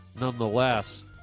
nonetheless